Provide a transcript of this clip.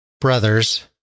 Brothers